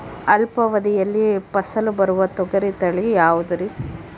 ಅಲ್ಪಾವಧಿಯಲ್ಲಿ ಫಸಲು ಬರುವ ತೊಗರಿ ತಳಿ ಯಾವುದುರಿ?